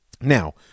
Now